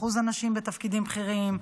אחוז הנשים בתפקידים בכירים,